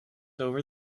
over